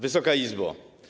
Wysoka Izbo!